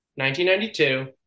1992